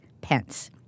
Pence